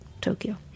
Tokyo